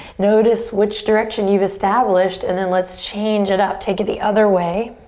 notice which direction you've established and then let's change it up. take it the other way.